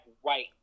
white